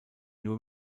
nur